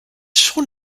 schon